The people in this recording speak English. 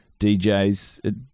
DJs